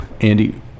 andy